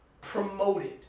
promoted